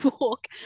walk